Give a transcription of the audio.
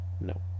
No